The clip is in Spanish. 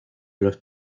los